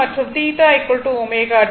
மற்றும் θ ω t